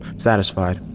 satisfied,